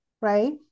right